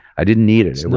i didn't need it.